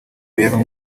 imibereho